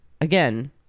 again